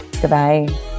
Goodbye